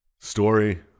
story